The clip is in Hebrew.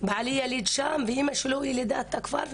בעלי נולד בכפר, אמא שלו היא ילידת הכפר,